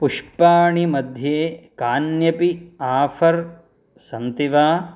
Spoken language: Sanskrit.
पुष्पाणि मध्ये कान्यपि आफ़र् सन्ति वा